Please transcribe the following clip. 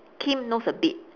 kim knows a bit